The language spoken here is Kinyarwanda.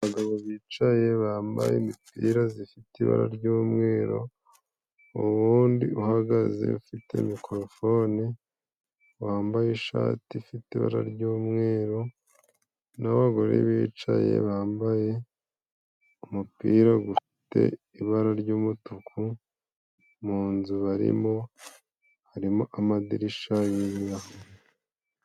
Abagabo bicaye bambaye imipira zifite ibara ry'umweru, uw'undi uhagaze ufite mikorofone, wambaye ishati ifite ibara ry'umweru n'abagore bicaye bambaye umupira gufite ibara ry'umutuku, mu nzu barimo harimo amadirisha y'ikaki.